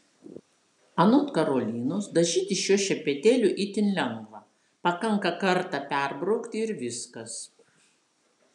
anot karolinos dažytis šiuo šepetėliu itin lengva pakanka kartą perbraukti ir viskas